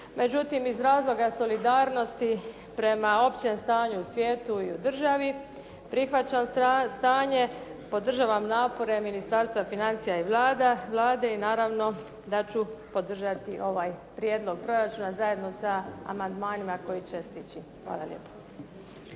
Međutim, iz razloga solidarnosti prema općem stanju u svijetu i u državi, prihvaćam stanje, podržavam napore Ministarstva financija i Vlade i naravno da ću podržati ovaj prijedlog proračuna zajedno sa amandmanima koji će stići. Hvala lijepo.